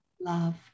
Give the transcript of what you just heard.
Love